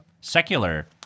secular